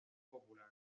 popular